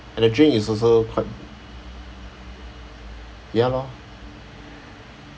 and the drink is also quite ya lor